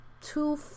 two